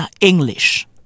English